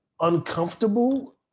uncomfortable